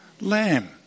lamb